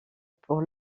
pour